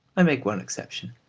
i make one exception,